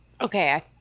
Okay